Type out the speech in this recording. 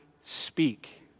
speak